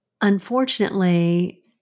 unfortunately